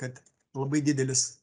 kad labai didelis